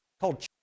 called